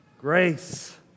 grace